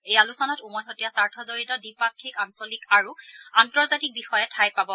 এই আলোচনাত উমৈহতীয়া স্বাৰ্থজড়িত দ্বিপাক্ষিক আঞ্চলিক আৰু আন্তৰ্জাতিক বিষয়ে ঠাই পাব